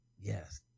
Yes